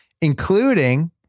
including